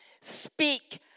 Speak